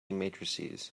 matrices